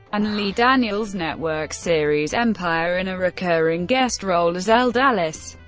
and lee daniels' network series empire in a recurring guest role as elle dallas.